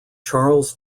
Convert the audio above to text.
charles